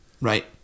right